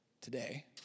today